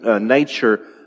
nature